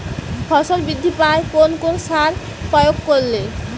ফসল বৃদ্ধি পায় কোন কোন সার প্রয়োগ করলে?